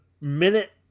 minute